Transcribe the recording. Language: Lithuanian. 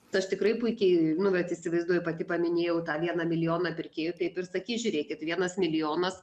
tai aš tikrai puikiai nu vat įsivaizduoju pati paminėjau tą vieną milijoną pirkėjų taip ir sakys žiūrėkit vienas milijonas